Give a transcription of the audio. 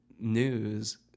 news